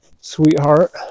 sweetheart